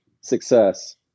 success